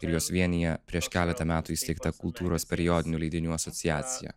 ir juos vienija prieš keletą metų įsteigta kultūros periodinių leidinių asociacija